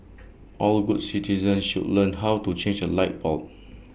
all good citizens should learn how to change A light bulb